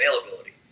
availability